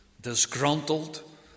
disgruntled